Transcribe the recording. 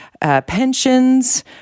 pensions